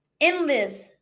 Endless